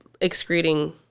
excreting